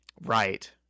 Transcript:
Right